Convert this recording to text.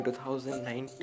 2019